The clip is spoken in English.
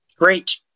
Great